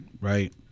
right